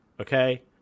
Okay